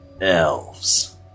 Elves